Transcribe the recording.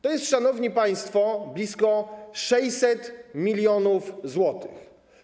To jest, szanowni państwo, blisko 600 mln zł.